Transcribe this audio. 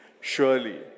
Surely